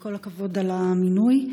וכל הכבוד על המינוי.